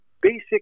basic